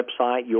website